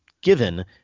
given